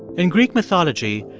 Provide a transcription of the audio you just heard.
in greek mythology,